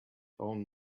own